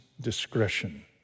discretion